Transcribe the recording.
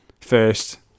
First